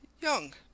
young